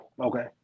Okay